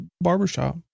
barbershop